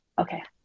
okay.